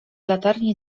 latarni